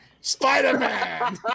Spider-Man